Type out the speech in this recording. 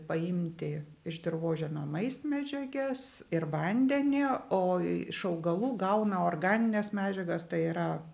paimti iš dirvožemio maistmedžiages ir vandenį o iš augalų gauna organines medžiagas tai yra